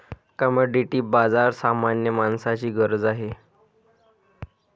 commodity बाजार सामान्य माणसाची गरज आहे